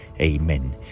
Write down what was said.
Amen